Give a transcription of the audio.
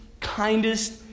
kindest